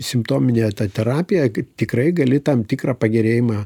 simptominė terapija kaip tikrai gali tam tikrą pagerėjimą